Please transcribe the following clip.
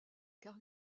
car